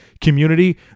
community